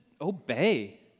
obey